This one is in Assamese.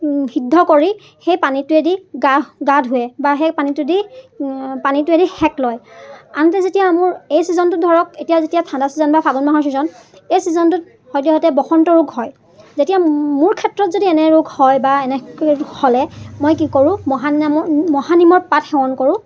সিদ্ধ কৰি সেই পানীটোৱেদি গা গা ধুৱে বা সেই পানীটোৱেদি পানীটোৱেদি সেক লয় আনহাতে যেতিয়া মোৰ এই ছিজনটোত ধৰক এতিয়া যেতিয়া ঠাণ্ডা ছিজন বা ফাগুন মাহৰ ছিজন এই ছিজনটোত সৈতে সৈতে বসন্ত ৰোগ হয় যেতিয়া মোৰ ক্ষেত্ৰত যদি এনে ৰোগ হয় বা এনে হ'লে মই কি কৰোঁ মহানিমৰ পাত সেৱন কৰোঁ